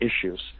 issues